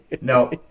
no